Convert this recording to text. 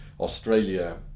australia